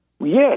Yes